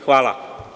Hvala.